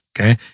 Okay